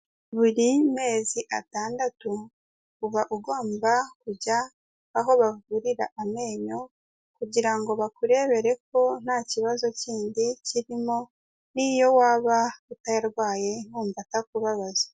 Buri mezi atandatu, uba ugomba kujya aho bavurira amenyo kugira ngo bakurebere ko nta kibazo kindi kirimo n'iyo waba utayarwaye wumva atakubabaza.